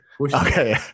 Okay